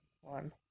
one